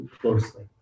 closely